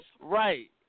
Right